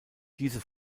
diese